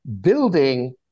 building